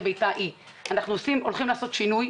הולכים לעשות שינוי,